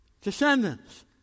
Descendants